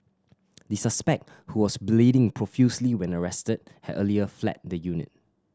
the suspect who was bleeding profusely when arrested had earlier fled the unit